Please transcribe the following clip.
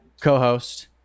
co-host